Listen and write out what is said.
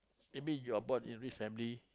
maybe you are born in rich family